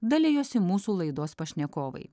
dalijosi mūsų laidos pašnekovai